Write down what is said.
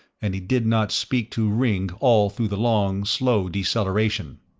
and he did not speak to ringg all through the long, slow deceleration.